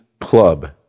club